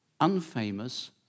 unfamous